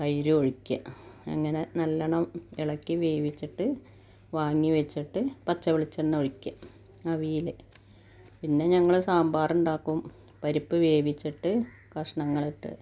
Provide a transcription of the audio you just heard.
തൈരൊഴിക്കുക അങ്ങനെ നല്ലവണ്ണം ഇളക്കി വേവിച്ചിട്ട് വാങ്ങി വെച്ചിട്ട് പച്ച വെളിച്ചെണ്ണ ഒഴിക്കുക അവിയൽ പിന്നെ ഞങ്ങൾ സാമ്പാറുണ്ടാക്കും പരിപ്പ് വേവിച്ചിട്ട് കഷ്ണങ്ങളിട്ട്